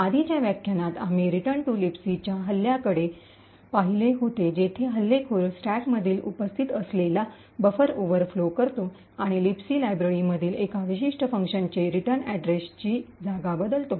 आधीच्या व्याख्यानात आम्ही रिटर्न टू लिबसीच्या हल्ल्याकडे अटैक पाहिले होते जिथे हल्लेखोर स्टॅकमध्ये उपस्थित असलेला बफर ओव्हरफ्लो करतो आणि लिबसी लायब्ररीमधील एका विशिष्ट फंक्शनने रिटर्न पत्त्याची अड्रेस जागा बदलतो